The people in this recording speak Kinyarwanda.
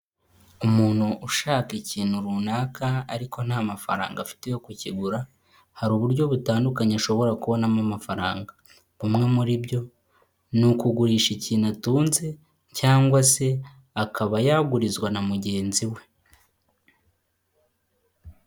Umuntu ushaka ikintu runaka ariko, nta mafaranga afite yo kukigura, hari uburyo butandukanye ashobora kubonamo amafaranga. Bumwe muri byo ni ukugurisha ikintu atunze, cyangwa se akaba yagurizwa na mugenzi we.